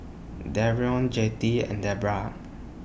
Darrion Jettie and Debroah